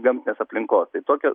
gamtinės aplinkos tai tokio